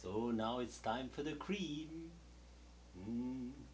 so now it's time for the